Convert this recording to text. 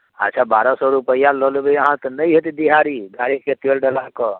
अच्छा बारह सए रूपैआ लऽ लेबै अहाँ तऽ नहि हेतै दिहाड़ी गाड़ीके तेल डलाके